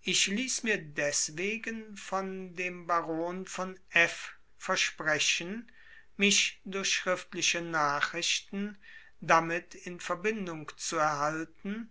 ich ließ mir deswegen von dem baron von f versprechen mich durch schriftliche nachrichten damit in verbindung zu erhalten